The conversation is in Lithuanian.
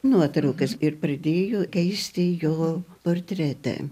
nuotraukas ir pradėjo keisti jo portretą